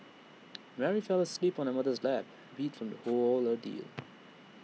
Mary fell asleep on her mother's lap beat from the whole ordeal